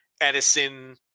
Edison